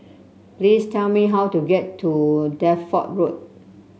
please tell me how to get to Deptford Road